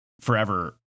forever